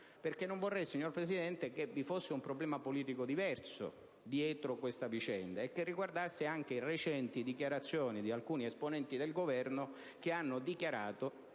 Non vorrei, signor Presidente, vi fosse un problema politico diverso dietro questa vicenda, che riguarda anche recenti dichiarazioni di alcuni esponenti del Governo, colleghi